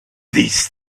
these